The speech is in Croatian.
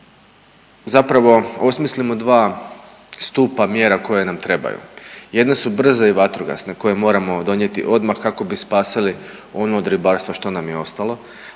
zapravo osmislimo 2 stupa mjera koje nam trebaju, jedne su brze i vatrogasne koje moramo donijeti odmah kako bi spasili ono od ribarstva što nam je ostalo,